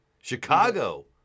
Chicago